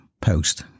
post